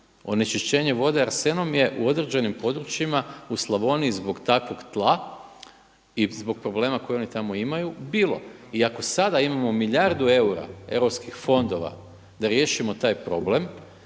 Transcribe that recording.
onečišćenje vode arsenom je u određenim područjima u Slavoniji zbog takvog tla i zbog problema koji oni tamo imaju bilo. I ako sada imamo milijardu eura europskih fondova da riješimo taj problem